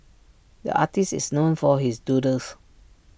the artist is known for his doodles